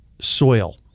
soil